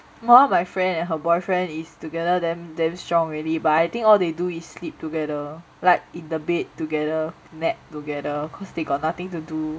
one of my friend and her boyfriend is together then damn strong already but I think all they do is sleep together